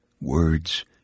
Words